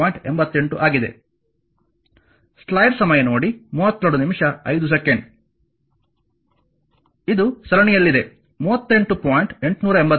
88 ಆಗಿದೆ ಇದು ಸರಣಿಯಲ್ಲಿದೆ 38